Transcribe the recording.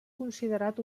considerat